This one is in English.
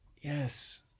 Yes